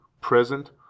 present